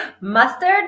Mustard